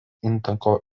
intako